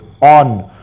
on